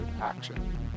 action